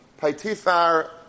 Paitifar